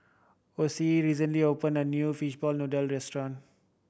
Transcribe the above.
Osie recently opened a new fishball noodle restaurant